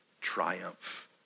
triumph